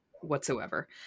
whatsoever